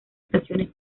estaciones